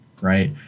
right